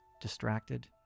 distracted